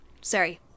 sorry